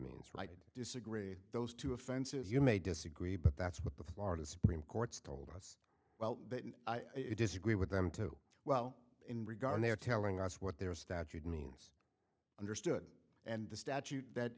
means right disagree those two offenses you may disagree but that's what the florida supreme court's told us well i disagree with them too well in regard they are telling us what their statute means understood and the statute that